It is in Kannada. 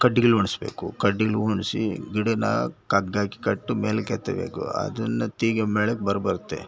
ಕಡ್ಡಿಗಳು ಒಣಸ್ಬೇಕು ಕಡ್ಡಿಗಳು ಒಣಸಿ ಗಿಡನ ಕಗ್ ಆಗಿ ಕಟ್ಟ ಮೇಲಕ್ಕೆ ಎತ್ತಬೇಕು ಅದನ್ನು ತೆಗ್ಯೋ ಮೇಳಕ್ಕೆ ಬರ ಬರುತ್ತೆ